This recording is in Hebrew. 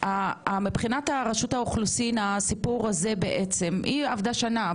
מבחינת רשות האוכלוסין הסיפור הזה בעצם - היא עבדה שנה,